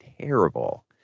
terrible